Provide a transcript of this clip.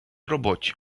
роботі